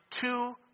two